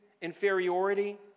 inferiority